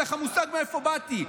אין לך מושג מאיפה באתי.